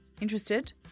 Interested